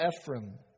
Ephraim